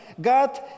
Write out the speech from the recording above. God